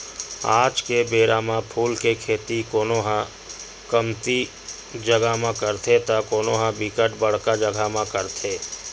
आज के बेरा म फूल के खेती कोनो ह कमती जगा म करथे त कोनो ह बिकट बड़का जगा म करत हे